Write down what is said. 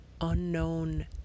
unknown